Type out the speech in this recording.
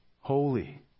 Holy